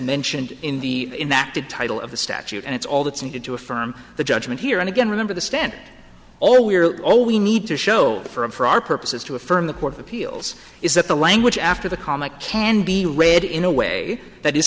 mentioned in the in that did title of the statute and it's all that's needed to affirm the judgment here and again remember the stand all we're all we need to show for our purposes to affirm the court of appeals is that the language after the comic can be read in a way that i